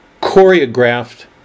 choreographed